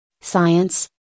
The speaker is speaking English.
Science